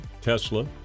Tesla